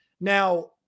Now